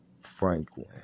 Franklin